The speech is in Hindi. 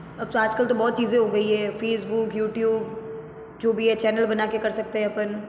अब तो आजकल तो बहुत चीज़ें हो गई हैं फ़ेसबुक यूट्यूब जो भी है चैनल बना के कर सकते हैं अपन